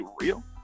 real